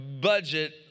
budget